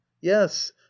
yes